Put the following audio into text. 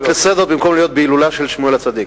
הצעות לסדר-היום במקום להיות בהילולה של שמואל הצדיק.